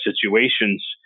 situations